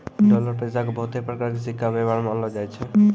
dollar पैसा के बहुते प्रकार के सिक्का वेवहार मे आनलो जाय छै